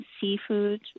seafood